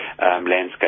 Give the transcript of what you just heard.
landscape